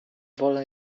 wolę